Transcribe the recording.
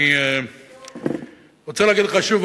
אני רוצה לומר לך שוב,